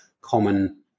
common